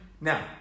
Now